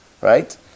right